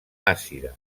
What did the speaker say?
àcida